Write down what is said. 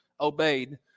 obeyed